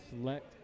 select